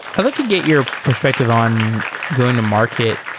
i'd like to get your perspective on going to market.